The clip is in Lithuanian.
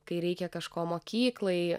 kai reikia kažko mokyklai